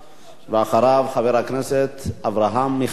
אחריו, חבר הכנסת אברהם מיכאלי,